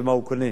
ומה הוא קונה.